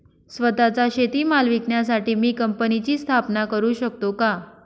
स्वत:चा शेतीमाल विकण्यासाठी मी कंपनीची स्थापना करु शकतो का?